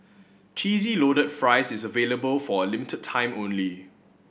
Cheesy Loaded Fries is available for a limit time only